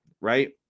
right